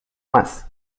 más